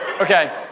Okay